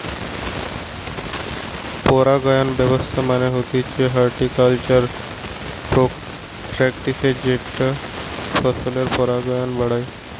পরাগায়ন ব্যবস্থা মানে হতিছে হর্টিকালচারাল প্র্যাকটিসের যেটা ফসলের পরাগায়ন বাড়ায়